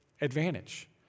advantage